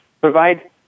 provide